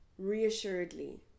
reassuredly